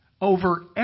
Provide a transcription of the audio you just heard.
over